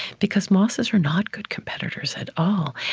because mosses are not good competitors at all,